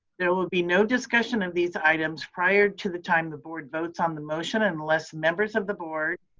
there will be no discussion of these items prior to the time the board votes on the motion unless members of the board,